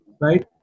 right